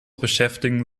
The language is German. beschäftigen